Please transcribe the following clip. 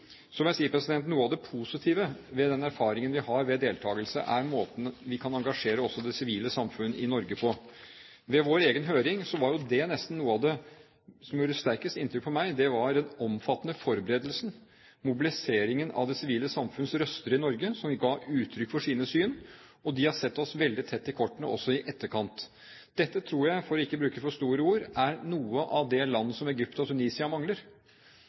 Så må jeg si at noe av det positive ved den erfaringen vi har ved deltakelse, er måten vi kan engasjere også det sivile samfunn i Norge på. Ved vår egen høring var noe av det som nesten gjorde sterkest inntrykk på meg, den omfattende forberedelsen, mobiliseringen av det sivile samfunns røster i Norge, som ga uttrykk for sine syn. Og de har sett oss veldig tett i kortene også i etterkant. Dette tror jeg – for ikke å bruke for store ord – er noe av det som land som Egypt og Tunisia mangler: